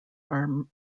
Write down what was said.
are